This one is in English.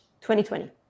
2020